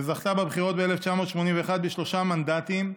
וזכתה בבחירות ב-1981 בשלושה מנדטים.